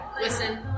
Listen